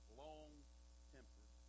long-tempered